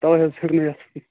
تَوَے حظ ہیوٚک نہٕ یِتھ